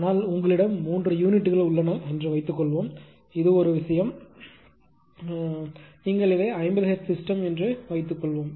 ஆனால் உங்களிடம் 3 யூனிட்கள் உள்ளன என்று வைத்துக்கொள்வோம் இது ஒரு விஷயம் என்றால் நீங்கள் இதை 50 ஹெர்ட்ஸ் சிஸ்டம் என்று வைத்துக்கொள்வோம்